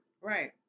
Right